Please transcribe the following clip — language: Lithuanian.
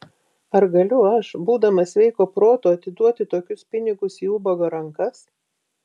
ar galiu aš būdamas sveiko proto atiduoti tokius pinigus į ubago rankas